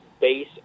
base